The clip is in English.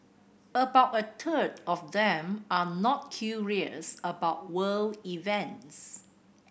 about a third of them are not curious about world events